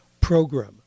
program